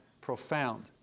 profound